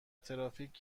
ترافیک